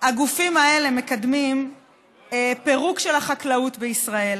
הגופים האלה מקדמים פירוק של החקלאות בישראל